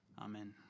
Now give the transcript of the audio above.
Amen